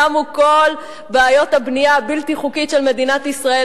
תמו כל בעיות הבנייה הבלתי-חוקית של מדינת ישראל,